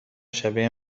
شبیه